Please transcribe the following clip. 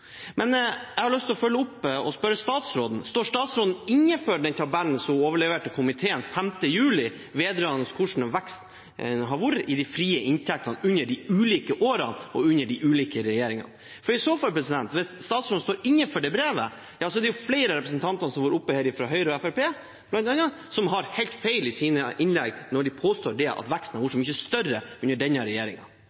Jeg har lyst til å følge opp og spørre statsråden: Står statsråden inne for den tabellen som hun overleverte komiteen 5. juli, vedrørende hvordan veksten har vært i de frie inntektene i de ulike årene og under de ulike regjeringene? I så fall – hvis statsråden står inne for dette brevet – er det flere representanter fra bl.a. Høyre og Fremskrittspartiet som tar helt feil i sine innlegg, når de påstår at veksten har vært